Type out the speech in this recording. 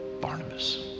Barnabas